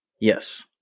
Yes